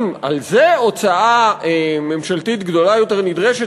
אם על זה הוצאה ממשלתית גדולה יותר נדרשת,